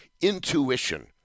intuition